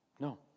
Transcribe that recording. No